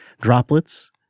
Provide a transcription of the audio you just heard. droplets